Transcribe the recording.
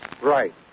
Right